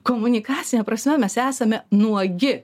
komunikacine prasme mes esame nuogi